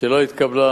שלא התקבלה,